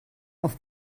auf